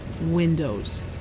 windows